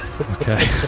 Okay